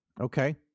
Okay